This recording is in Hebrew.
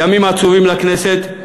ימים עצובים לכנסת,